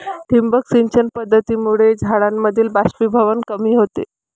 ठिबक सिंचन पद्धतीमुळे झाडांमधील बाष्पीभवन कमी होते